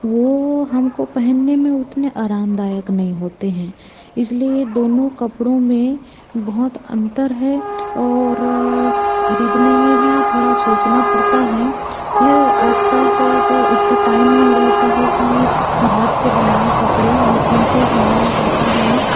वो हमको पहनने में उतने आरामदायक नहीं होते हैं इसलिए दोनों कपड़ों में बहुत अंतर है और खरीदने में भी थोड़ा सोचना पड़ता है खैर आजकल तो कोई इतना टाइम नहीं रहता है कि हाथ से बनाएं कपड़े मसीन से ही बनाया जाता है